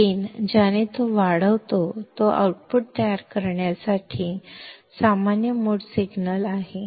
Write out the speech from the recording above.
gain ज्याने तो वाढवतो तो आउटपुट तयार करण्यासाठी सामान्य मोड सिग्नल आहे